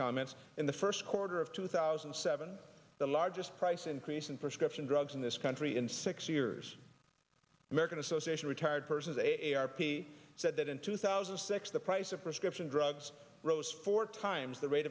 comments in the first quarter of two thousand and seven the largest price increase in prescription drugs in this country in six years american association retired persons a r p said that in two thousand and six the price of prescription drugs rose four times the rate